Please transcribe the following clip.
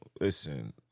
Listen